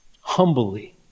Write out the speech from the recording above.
Humbly